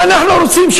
מה אנחנו רוצים,